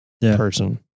person